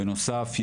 בנוסף,